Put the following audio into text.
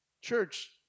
Church